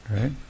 Right